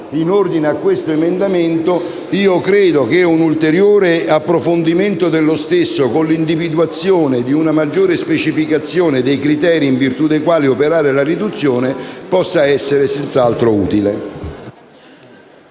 in ordine a questo emendamento, credo che un ulteriore approfondimento dello stesso, con l'individuazione di una maggiore specificazione dei criteri in virtù dei quali operare la riduzione, possa essere senz'altro utile.